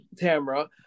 Tamra